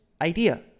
idea